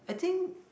I think